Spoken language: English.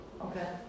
Okay